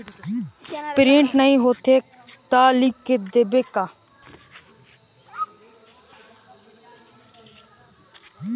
Print नइ होथे ता लिख के दे देबे का?